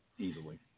Easily